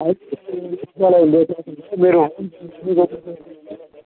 ఇవాళ లేట్ అవుతుందా మీరు